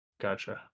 Gotcha